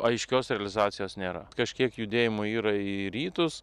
aiškios realizacijos nėra kažkiek judėjimo yra į rytus